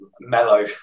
mellow